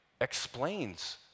explains